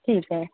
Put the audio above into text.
ठीक आहे